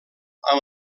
amb